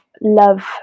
love